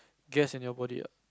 gas in your body ah